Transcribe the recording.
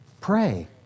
pray